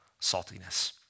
saltiness